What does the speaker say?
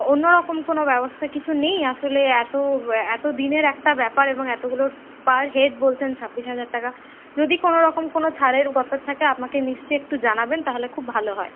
অন্যরকম কোনো ব্যবস্থা কিছু নেই আসলে এত এতদিনের একটা ব্যাপার এবং এতগুলো পার হেড বলছেন ছাব্বিশ হাজার টাকা যদি কোনোরকম কোনো ছাড়ের ব্যাপার থাকে আমাকে নিশ্চয়ই একটু জানাবেন তাহলে খুব ভালো হয়